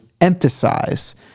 emphasize